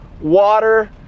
water